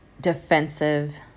defensive